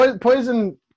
poison